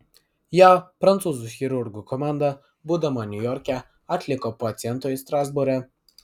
ją prancūzų chirurgų komanda būdama niujorke atliko pacientui strasbūre